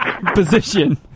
Position